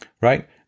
right